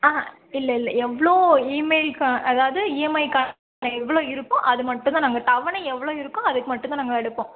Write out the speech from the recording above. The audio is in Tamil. ஆஹான் இல்லை இல்லை எவ்வளோ இமெயில்க்கு அதாவது இஎம்ஐக்கான எவ்வளோ இருக்கோ அது மட்டும் தான் நாங்கள் தவணை எவ்வளோ இருக்கோ அதுக்கு மட்டும் தான் நாங்கள் எடுப்போம்